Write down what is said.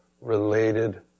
related